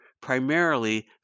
primarily